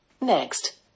Next